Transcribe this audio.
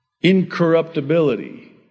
incorruptibility